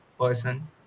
person